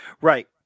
Right